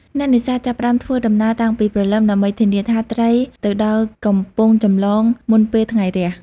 អ្នកនេសាទ ចាប់ផ្តើមធ្វើដំណើរតាំងពីព្រលឹម ដើម្បីធានាថាត្រីទៅដល់កំពង់ចម្លងមុនពេលថ្ងៃរះ។